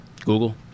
Google